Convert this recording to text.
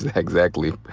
exactly.